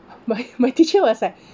my my teacher was like